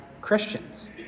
Christians